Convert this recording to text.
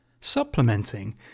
Supplementing